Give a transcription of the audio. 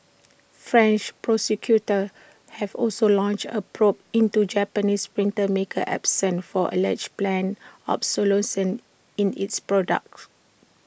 French prosecutors have also launched A probe into Japanese printer maker Epson for alleged planned obsolescence in its products